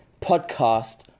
podcast